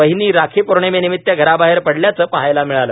बहिणी राखी पौर्णिमेनिमित घराबाहेर पडल्याचं पहायला मिळालं